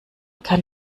kann